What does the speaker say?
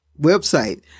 website